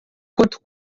quanto